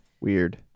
weird